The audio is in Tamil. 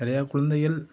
நிறையா குழந்தைகள்